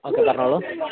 okay പറഞ്ഞോളൂ